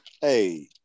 hey